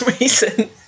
reason